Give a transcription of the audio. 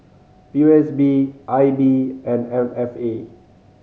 P O S B I B and M F A